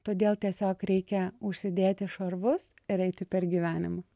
todėl tiesiog reikia užsidėti šarvus ir eiti per gyvenimą